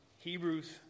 Hebrews